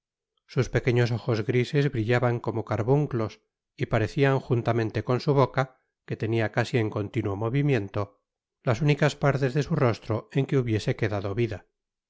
sus pequeños ojos grises brillaban como carbunclos y parecian juntamente con su boca que tenia casi en continuo movimiento las únicas partes de su rostro en que hubiese quedado vida